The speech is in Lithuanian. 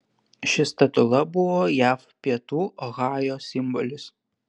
ši statula buvo jav pietų ohajo simbolis